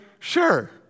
Sure